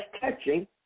touching